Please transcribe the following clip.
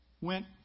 went